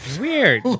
Weird